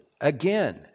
again